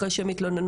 אחרי שהן מתלוננות,